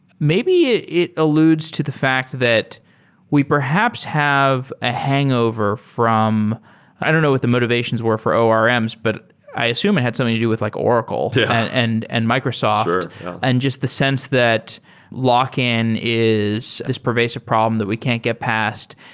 maybe it alludes to the fact that we perhaps have a hangover from i don't know what the motivations were for orms, but i assume it had something to do with like oracle yeah and and microsoft and just the sense that lock in is this pervasive problem that we can't get past.